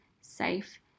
safe